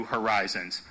Horizons